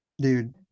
dude